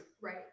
Right